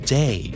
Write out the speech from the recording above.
day